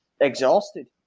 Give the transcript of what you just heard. exhausted